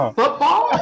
football